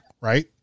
right